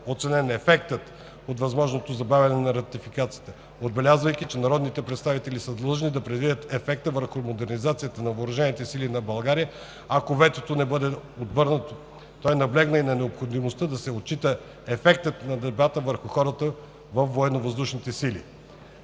оценен ефектът от възможното забавяне на Ратификацията. Отбелязвайки, че народните представители са длъжни да предвидят ефекта върху модернизацията на ВС на България, ако ветото не бъде отхвърлено, той наблегна и на необходимостта да се отчита ефектът на дебата върху хората във ВВС – дали